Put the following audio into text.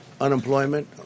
unemployment